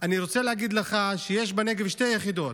אני רוצה להגיד לך שיש בנגב שתי יחידות: